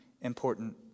important